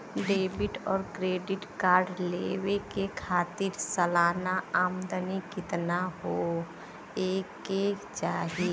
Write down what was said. Debit और credit card लेवे के खातिर सलाना आमदनी कितना हो ये के चाही?